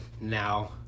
now